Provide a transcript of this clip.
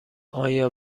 آیا